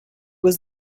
was